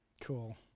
Cool